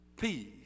peace